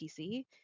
PC